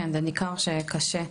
כן, זה ניכר שקשה.